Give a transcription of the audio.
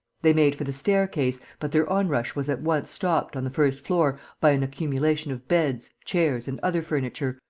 they made for the staircase, but their onrush was at once stopped, on the first floor, by an accumulation of beds, chairs and other furniture,